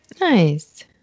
Nice